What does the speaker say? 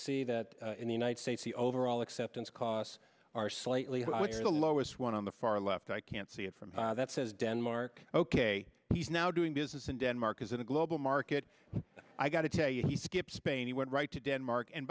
see that in the united states the overall acceptance costs are slightly where the low is one on the far left i can't see it from that says denmark ok he's now doing business in denmark is in a global market i got to tell you he skipped spain he went right to denmark and